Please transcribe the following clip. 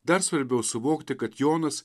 dar svarbiau suvokti kad jonas